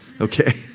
okay